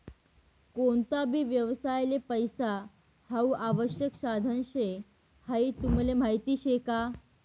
कोणता भी व्यवसायले पैसा हाऊ आवश्यक साधन शे हाई तुमले माहीत शे का?